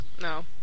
No